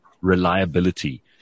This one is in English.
reliability